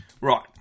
Right